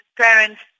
parents